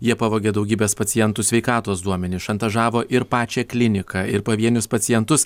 jie pavogė daugybės pacientų sveikatos duomenis šantažavo ir pačią kliniką ir pavienius pacientus